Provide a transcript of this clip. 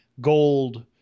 gold